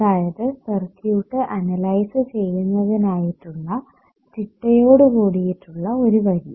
അതായത് circuit analyse ചെയ്യുന്നതിനായിട്ടുള്ള ചിട്ടയോടുകൂടിയിട്ടുള്ള ഒരു വഴി